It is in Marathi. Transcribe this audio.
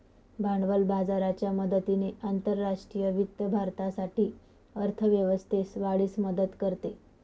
भांडवल बाजाराच्या मदतीने आंतरराष्ट्रीय वित्त भारतासाठी अर्थ व्यवस्थेस वाढीस मदत करते